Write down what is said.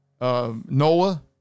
Noah